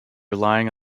relying